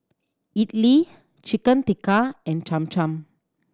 Idili Chicken Tikka and Cham Cham